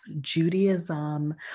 Judaism